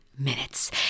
Minutes